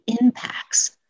impacts